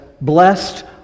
blessed